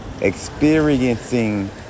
experiencing